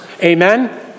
Amen